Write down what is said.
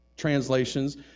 translations